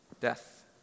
death